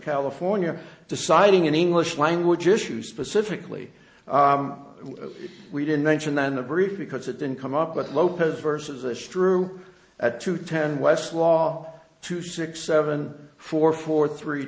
california deciding in english language issues specifically we didn't mention that in the brief because it didn't come up with lopez versus it's true at two ten westlaw two six seven four four three